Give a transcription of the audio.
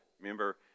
Remember